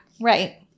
right